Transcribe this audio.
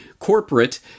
corporate